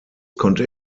konnte